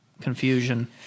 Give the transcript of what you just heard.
confusion